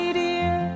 dear